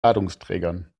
ladungsträgern